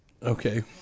Okay